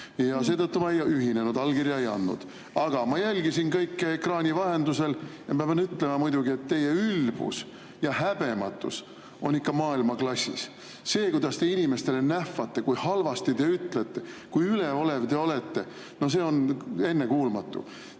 Seetõttu ma ei ühinenud, allkirja ei andnud, aga ma jälgisin kõike ekraani vahendusel. Ma pean ütlema, et teie ülbus ja häbematus on ikka maailmaklassis. See, kuidas te inimestele nähvate, kui halvasti te ütlete, kui üleolev te olete, on ennekuulmatu.